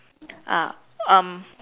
ah um